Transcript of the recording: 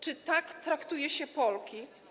Czy tak traktuje się Polki?